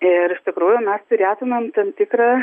ir iš tikrųjų mes surėtumėm tam tikrą